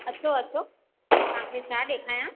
अचो अचो तव्हांखे छा ॾेखारियां